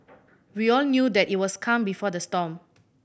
we all knew that it was calm before the storm